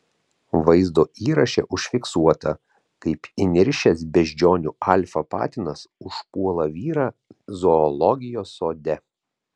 vaizdo įraše užfiksuota kaip įniršęs beždžionių alfa patinas užpuola vyrą zoologijos sode